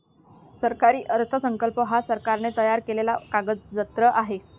सरकारी अर्थसंकल्प हा सरकारने तयार केलेला कागदजत्र आहे